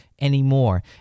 anymore